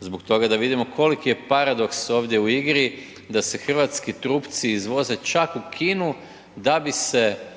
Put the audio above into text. zbog toga da vidimo koliki je paradoks ovdje u igri da se hrvatski trupci izvoze čak u Kinu da bi se